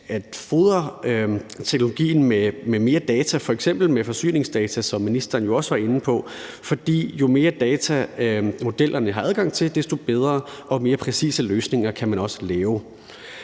at fodre teknologien med mere data, f.eks. med forsyningsdata, som ministeren jo også var inde på, for jo mere data, modellerne har adgang til, desto bedre og mere præcise løsninger kan man også lave.